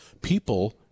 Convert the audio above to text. People